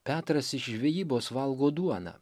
petras iš žvejybos valgo duoną